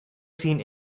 seen